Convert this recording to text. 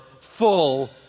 full